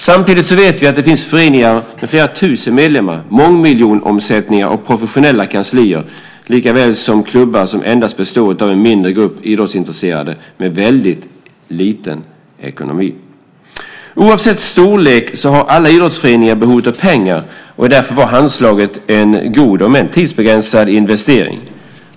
Samtidigt vet vi att det finns föreningar med flera tusen medlemmar, mångmiljonomsättningar och professionella kanslier, likaväl som klubbar som endast består av en mindre grupp idrottsintresserade och med väldigt liten ekonomi. Oavsett storlek har alla idrottsföreningar behov av pengar. Därför var Handslaget en god, om än tidsbegränsad, investering.